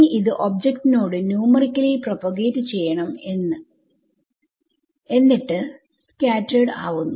ഇനി ഇത് ഒബ്ജക്റ്റ് നോട് ന്യൂമറിക്കലി പ്രൊപോഗേറ്റ് ചെയ്യണം എന്നിട്ട് സ്കാറ്റെർഡ് ആവുന്നു